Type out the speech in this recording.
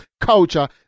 culture